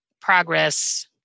progress